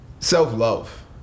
self-love